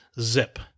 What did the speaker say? zip